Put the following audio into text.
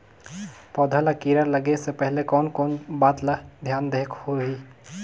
पौध ला कीरा लगे से पहले कोन कोन बात ला धियान देहेक होही?